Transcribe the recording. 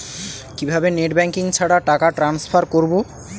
কিভাবে net banking ছাড়া টাকা টান্সফার করব?